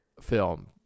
film